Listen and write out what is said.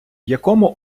якому